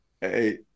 Hey